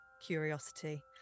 Curiosity